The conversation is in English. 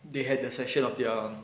they had the session of their